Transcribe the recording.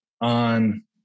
on